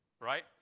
right